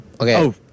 Okay